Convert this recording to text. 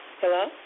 Hello